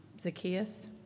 Zacchaeus